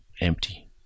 empty